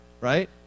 right